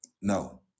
No